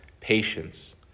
patience